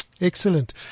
Excellent